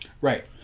Right